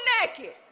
naked